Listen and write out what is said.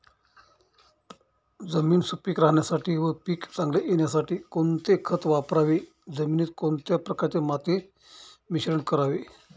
जमीन सुपिक राहण्यासाठी व पीक चांगले येण्यासाठी कोणते खत वापरावे? जमिनीत कोणत्या प्रकारचे माती मिश्रण करावे?